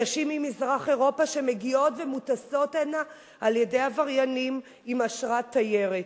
נשים ממזרח-אירופה שמגיעות ומוטסות הנה על-ידי עבריינים עם אשרת תיירת,